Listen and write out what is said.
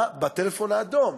בטלפון האדום: